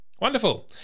Wonderful